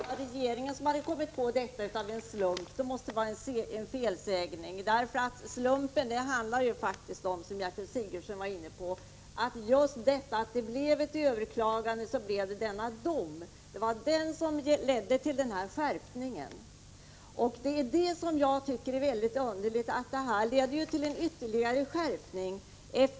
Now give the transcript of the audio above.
Herr talman! Om jag sade att det var regeringen som hade kommit på detta av en slump, så måste det vara en felsägning. Slumpen består faktiskt av, som Gertrud Sigurdsen var inne på, att just genom att det blev ett överklagande så fälldes denna dom. Det var den domen som ledde till den här skärpningen. Det som jag tycker är mycket underligt är att detta leder till en ytterligare skärpning.